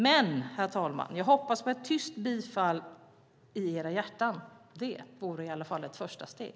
Men, herr talman, jag hoppas på ett tyst bifall i era hjärtan. Det vore i alla fall ett första steg.